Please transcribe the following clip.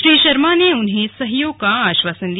श्री शर्मा ने उन्हें सहयोग का आश्वासन दिया